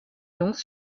jungs